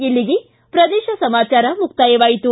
ಇಲ್ಲಿಗೆ ಪ್ರದೇಶ ಸಮಾಚಾರ ಮುಕ್ತಾಯವಾಯಿತು